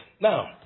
Now